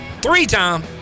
three-time